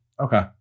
Okay